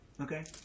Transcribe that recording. Okay